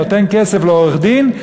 נותן כסף לעורך-דין,